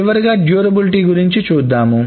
చివరిగా మన్నిక గురించి చూద్దాం